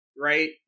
right